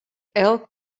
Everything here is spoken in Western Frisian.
elk